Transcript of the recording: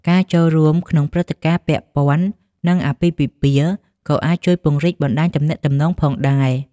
ការចូលរួមក្នុងព្រឹត្តិការណ៍ពាក់ព័ន្ធនឹងអាពាហ៍ពិពាហ៍ក៏អាចជួយពង្រីកបណ្តាញទំនាក់ទំនងផងដែរ។